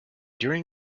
during